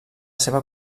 seva